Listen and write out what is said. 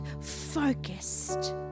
focused